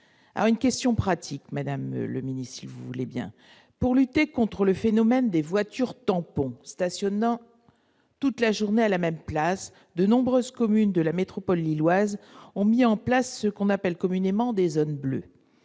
une question pratique, Madame le ministre, vous voulez bien, pour lutter contre le phénomène des voitures tampons stationnant toute la journée à la même place de nombreuses communes de la métropole lilloise, ont mis en place ce qu'on appelle communément des zones bleues,